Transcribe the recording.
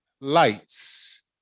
lights